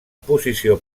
posició